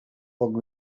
poc